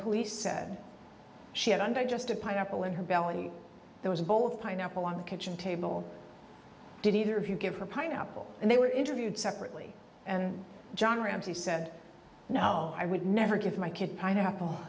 police said she had undigested pineapple in her belly there was a bowl of pineapple on the kitchen table did either of you give her pineapple and they were interviewed separately and john ramsey said no i would never give my kid pineapple